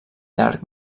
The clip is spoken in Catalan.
llarg